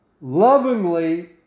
lovingly